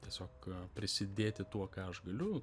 tiesiog prisidėti tuo ką aš galiu